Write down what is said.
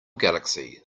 galaxy